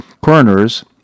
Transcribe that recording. coroners